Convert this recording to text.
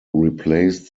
replaced